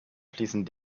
fließen